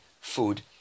food